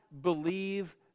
believe